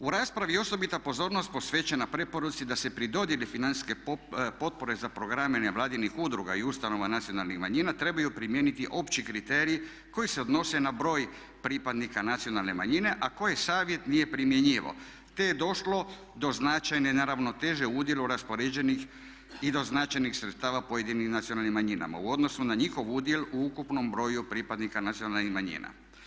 U raspravi je osobita pozornost posvećena preporuci da se pri dodjeli financijske potpore za programe nevladinih udruga i ustanova nacionalnih manjina trebaju primijeniti opći kriteriji koji se odnose na broj pripadnika nacionalne manjine, a koje Savjet nije primjenjivao, te je došlo do značajne neravnoteže u udjelu raspoređenih i doznačenih sredstava pojedinim nacionalnim manjinama u odnosu na njihov udjel u ukupnom broju pripadnika nacionalnih manjina.